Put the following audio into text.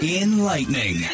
enlightening